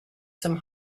some